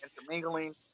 intermingling